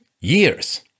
years